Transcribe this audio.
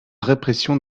répression